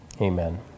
Amen